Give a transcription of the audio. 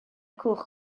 cwch